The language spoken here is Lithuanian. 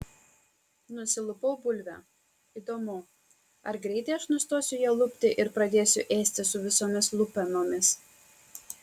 nusilupau bulvę įdomu ar greitai aš nustosiu ją lupti ir pradėsiu ėsti su visomis lupenomis